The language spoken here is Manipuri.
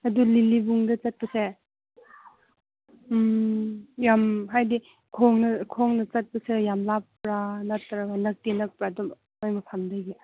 ꯑꯗꯨ ꯂꯤꯂꯤꯕꯨꯡꯗ ꯆꯠꯄꯁꯦ ꯌꯥꯝ ꯍꯥꯏꯗꯤ ꯈꯣꯡꯅ ꯈꯣꯡꯅ ꯆꯠꯄꯁꯦ ꯌꯥꯝ ꯂꯥꯞꯄ꯭ꯔꯥ ꯅꯠꯇ꯭ꯔꯒ ꯅꯛꯇꯤ ꯅꯛꯄ꯭ꯔ ꯑꯗꯨꯝ ꯅꯣꯏ ꯃꯐꯝꯗꯒꯤ